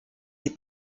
des